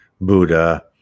buddha